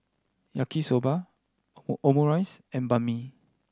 Yaki Soba Omurice and Banh Mi